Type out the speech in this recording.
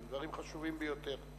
שהם דברים חשובים ביותר.